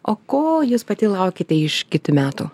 o ko jūs pati laukiate iš kitų metų